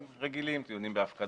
שהם דיונים רגילים דיונים בהפקדות